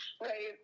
right